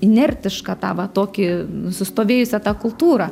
inertišką tą va tokį nusistovėjusią tą kultūrą